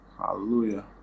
Hallelujah